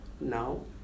No